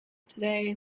today